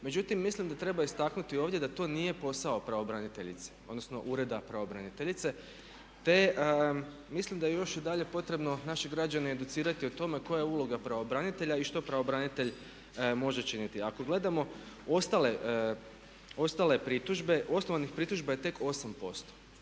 međutim, mislim da treba istaknuti ovdje da to nije posao pravobraniteljice, odnosno ureda pravobraniteljice. Te mislim da je još i dalje potrebno naše građane educirati o tome koja je uloga pravobranitelja i što pravobranitelj može činiti. Ako gledamo ostale pritužbe, …/Govornik se ne